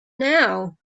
now